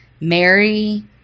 Mary